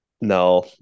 no